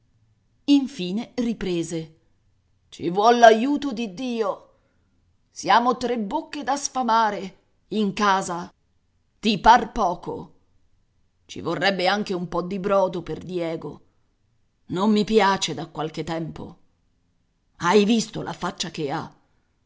infine riprese ci vuol l'aiuto di dio siamo tre bocche da sfamare in casa ti par poco ci vorrebbe anche un po di brodo per diego non mi piace da qualche tempo hai visto la faccia che ha